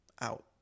out